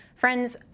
Friends